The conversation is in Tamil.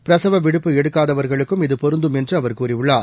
பிரசவவிடுப்பு எடுக்காதவர்களுக்கும் இது பொருந்தம் என்றுஅவர் கூறியுள்ளார்